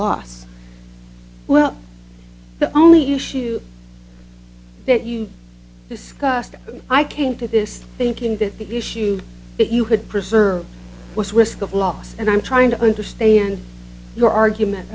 loss well the only issue that you discussed i came to this thinking that the issue that you could preserve was risk of loss and i'm trying to understand your argument